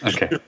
Okay